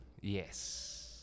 yes